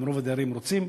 אם רוב הדיירים רוצים,